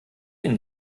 ihn